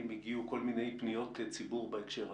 הגיעו כל מיני פניות ציבור בהקשר הזה,